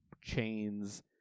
chains